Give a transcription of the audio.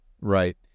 right